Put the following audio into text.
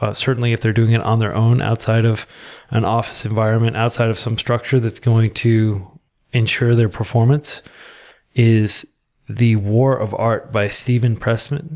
ah certainly if they're doing it on their own outside of an office environment, outside of some structure that's going to ensure their performance is the war of art by steven pressfield.